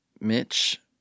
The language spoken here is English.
Mitch